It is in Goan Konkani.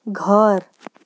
घर